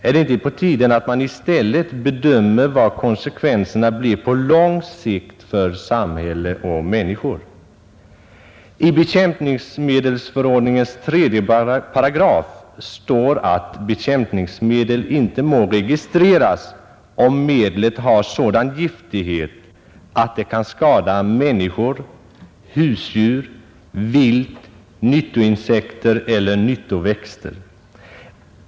Är det inte på tiden att man i stället bedömer vad konsekvenserna blir på lång sikt för samhälle och människor? I bekämpningsmedelsförordningens 3 § står att bekämpningsmedel icke må registreras om medlet har sådan giftighet att det kan skada människor, husdjur, vilt, nyttoinsekter eller nyttoväxter.